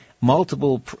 multiple